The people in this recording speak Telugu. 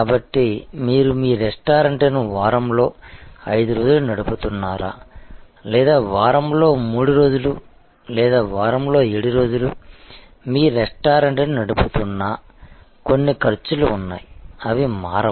కాబట్టి మీరు మీ రెస్టారెంట్ను వారంలో 5 రోజులు నడుపుతున్నారా లేదా వారంలో 3 రోజులు లేదా వారంలో 7 రోజులు మీ రెస్టారెంట్ను నడుపుతున్నా కొన్ని ఖర్చులు ఉన్నాయి అవి మారవు